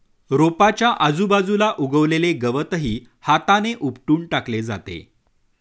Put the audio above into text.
रोपाच्या आजूबाजूला उगवलेले गवतही हाताने उपटून टाकले जाते